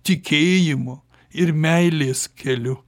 tikėjimo ir meilės keliu